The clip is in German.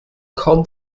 kaum